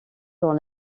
dans